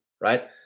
right